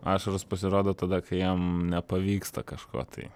ašaros pasirodo tada kai jam nepavyksta kažko tai